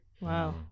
Wow